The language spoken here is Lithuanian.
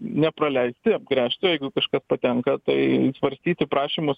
nepraleisti apgręžti o jeigu kažkas patenka tai svarstyti prašymus